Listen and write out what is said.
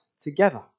together